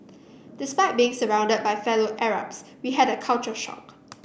despite being surrounded by fellow Arabs we had a culture shock